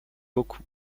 beaucoup